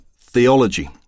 theology